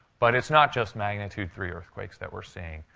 but it's not just magnitude three earthquakes that we're seeing.